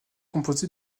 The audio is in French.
composé